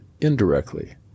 indirectly